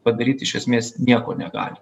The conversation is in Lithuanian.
padaryti iš esmės nieko negali